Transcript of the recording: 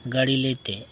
ᱜᱟᱹᱰᱤ ᱞᱟᱹᱭᱛᱮ